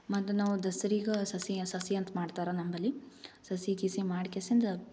ಮತ್ತು ನಾವು ದಸ್ರಗ ಸಸಿ ಸಸಿ ಅಂತ ಮಾಡ್ತಾರ ನಂಬಲ್ಲಿ ಸಸಿ ಗಿಸಿ ಮಾಡ್ಕೆಸಿಂದ